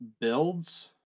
builds